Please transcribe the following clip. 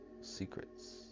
secrets